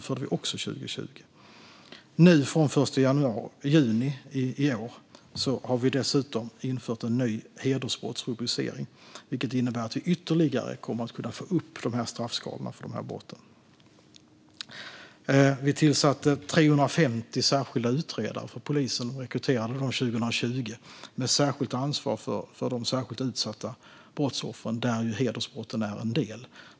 Från den 1 juni i år har vi dessutom infört en ny hedersbrottsrubricering, vilket innebär att vi kommer att kunna få upp straffskalorna för dessa brott ytterligare. År 2020 rekryterades också 350 särskilda utredare till polisen med ansvar för särskilt utsatta brottsoffer, där ju hedersbrott är en del.